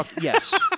yes